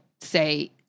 say